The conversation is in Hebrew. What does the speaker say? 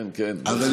כן, כן.